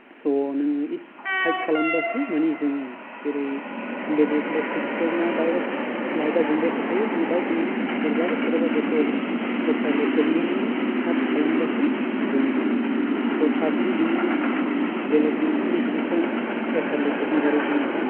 स' नोङो इसे टाइप खालामबासो माने जोङो जेरै बेलेग लेपतप्स फोरना दायरेक्त लाइट आ जोंबाय थाखायो न' दाउत नों सेरबाबो सेराबाबो स' एसार लेपतप निया नों तात्स खालामबासो जोङो स' थार्दलि बिनि बेलेग मोनसे नेगेतिभ पयन्त्स एसार लेपतप नि बारै बुङोबा